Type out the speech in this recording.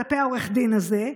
כלפי עורך הדין הזה,